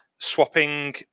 Swapping